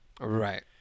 Right